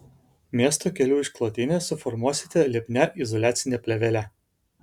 miesto kelių išklotinę suformuosite lipnia izoliacine plėvele